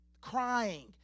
Crying